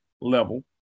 level